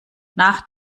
nach